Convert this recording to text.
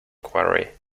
quarry